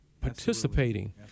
participating